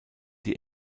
die